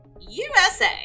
USA